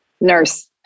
nurse